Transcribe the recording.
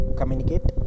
communicate